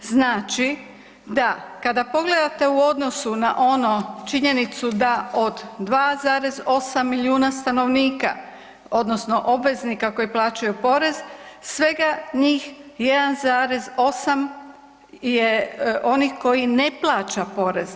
Znači da kada pogledate u odnosu na ono činjenicu da od 2,8 milijuna stanovnika odnosno obveznika koji plaćaju porez svega njih 1,8 je onih koji ne plaća porez.